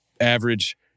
average